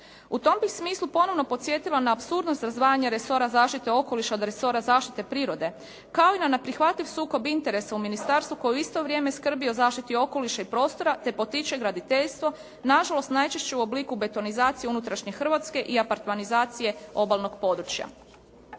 U tom bih smislu ponovno podsjetila na apsurdnost razdvajanja resora zaštite okoliša od resora zaštite prirode kao i na neprihvatljiv sukob interesa u ministarstvu koji u isto vrijeme skrbi o zaštiti okoliša i prostora te potiče graditeljstvo, nažalost najčešeće u obliku betonizacije unutrašnje Hrvatske i apartmanizacije obalnog područja.